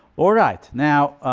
all right, now